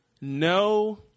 No